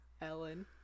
Ellen